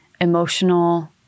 emotional